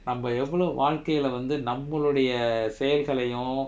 நம்ம எவளோ வாழ்கைல வந்து நம்மளுடைய செயல்கலயும்:namma evalo vaalkaila vanthu nammaludaiya seyalkalayum